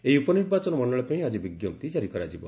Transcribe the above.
ଏହି ଉପନିର୍ବାଚନ ମଣ୍ଡଳୀ ପାଇଁ ଆଜି ବିଙ୍କପ୍ତି କାରି କରାଯିବ